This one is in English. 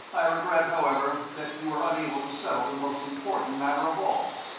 i regret, however, that you were unable to settle the most important matter of all.